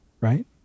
right